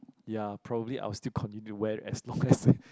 ya probably I'll still continue to wear as long as